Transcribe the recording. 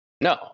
No